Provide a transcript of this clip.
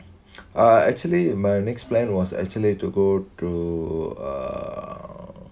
uh actually my next plan was actually to go to uh